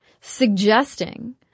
suggesting